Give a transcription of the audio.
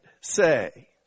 say